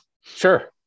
sure